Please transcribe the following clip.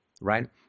right